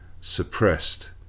suppressed